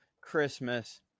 Christmas